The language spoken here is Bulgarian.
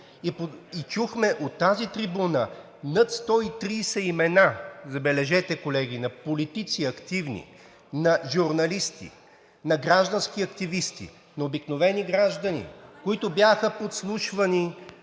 и чухме от тази трибуна над 130 имена, забележете, колеги, на активни политици, на журналисти, на граждански активисти, на обикновени граждани, които бяха подслушвани